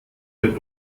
wird